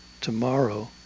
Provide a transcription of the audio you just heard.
tomorrow